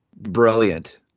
Brilliant